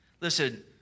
Listen